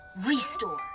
restore